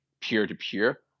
peer-to-peer